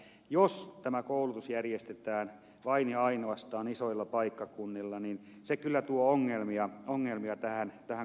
jos tämä koulutus järjestetään vain ja ainoastaan isoilla paikkakunnilla niin se kyllä tuo ongelmia tähän koulutuspuoleen